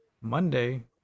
monday